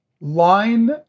line